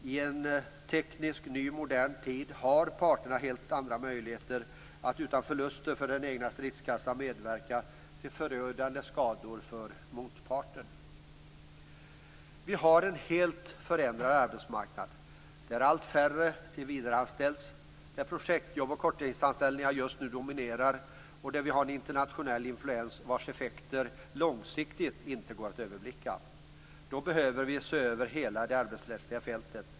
I en teknisk ny modern tid har parterna helt andra möjligheter att utan förluster för den egna stridskassan medverka till förödande skador för motparten. Vi har en helt förändrad arbetsmarknad där allt färre tillsvidareanställs, där projektjobb och korttidsanställningar just nu dominerar och där vi har en internationell influens vars effekter långsiktigt inte går att överblicka. Då behöver vi se över hela det arbetsrättsliga fältet.